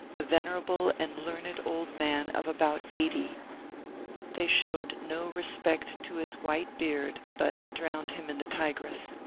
a venerable and learned old man of about eighty they showed no respect to his white beard, but drowned him in the tigris.